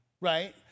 right